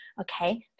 okay